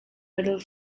middle